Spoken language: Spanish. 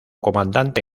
comandante